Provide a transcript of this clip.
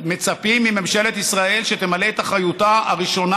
מצפים ממשלת ישראל שתמלא את אחריותה הראשונה